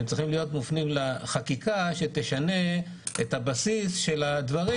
הם צריכים להיות מופנים לחקיקה שתשנה את הבסיס של הדברים,